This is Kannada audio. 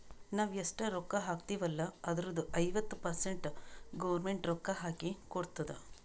ನಾವ್ ಎಷ್ಟ ರೊಕ್ಕಾ ಹಾಕ್ತಿವ್ ಅಲ್ಲ ಅದುರ್ದು ಐವತ್ತ ಪರ್ಸೆಂಟ್ ಗೌರ್ಮೆಂಟ್ ರೊಕ್ಕಾ ಹಾಕಿ ಕೊಡ್ತುದ್